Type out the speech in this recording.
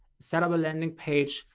set up a landing page,